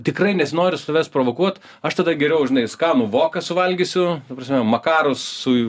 tikrai nesinori savęs provokuot aš tada geriau žinai skanų voką suvalgysiu ta prasme makarus su